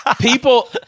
people